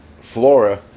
flora